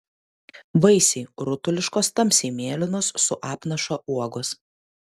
vaisiai rutuliškos tamsiai mėlynos su apnaša uogos